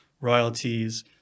royalties